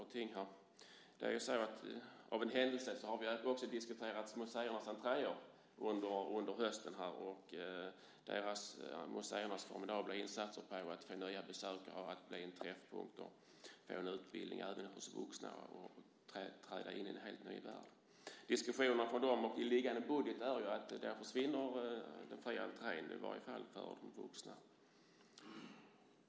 Av en händelse har vi under hösten också diskuterat museernas entréavgifter och museernas formidabla insatser för att få nya besökare, för att bli träffpunkter och för att utbilda även vuxna och få dem att träda in i en helt ny värld. I regeringens budget försvinner den fria entrén, i varje fall för vuxna.